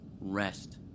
Rest